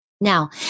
Now